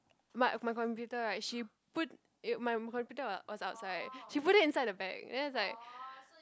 my my computer right she put i~ my computer wa~ was outside she put it inside the bag then it's like